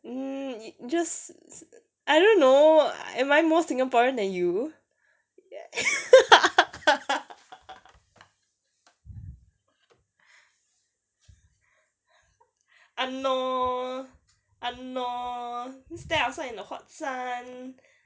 mm just I don't know am I more singaporean than you ya !hannor! !hannor! stand outside in the hot sun